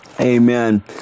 amen